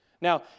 Now